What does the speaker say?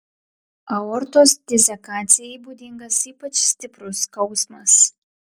aortos disekacijai būdingas ypač stiprus skausmas